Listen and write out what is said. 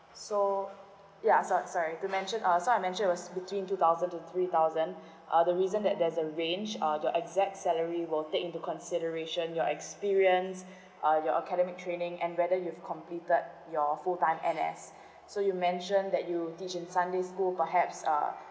so ya sor~ sorry to mention uh so I mention was between two thousand to three thousand uh the reason that there's a range uh the exact salary will take into consideration your experience uh your academic training and whether you've completed your full time N_S so you mention that you teach in sunday school perhaps uh